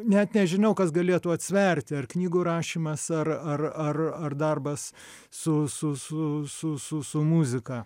net nežinau kas galėtų atsverti ar knygų rašymas ar ar ar ar darbas su su su su su su muzika